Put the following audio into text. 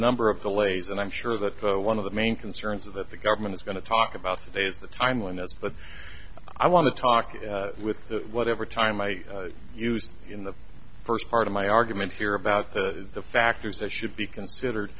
number of delays and i'm sure that one of the main concerns is that the government is going to talk about today is the time when that's but i want to talk with the whatever time i used in the first part of my argument here about the factors that should be considered